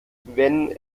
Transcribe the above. wenn